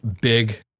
big